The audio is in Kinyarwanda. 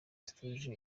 zitujuje